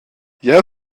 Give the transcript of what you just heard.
jeu